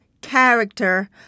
character